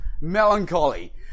melancholy